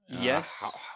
Yes